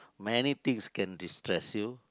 many things can destress you